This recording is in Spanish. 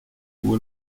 jugó